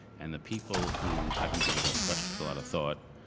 and the people who haven't given those questions a lot of thought,